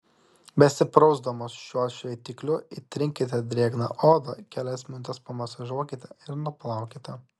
besiprausdamos šiuo šveitikliu įtrinkite drėgną odą kelias minutes pamasažuokite ir nuplaukite